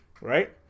right